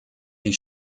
die